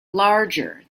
larger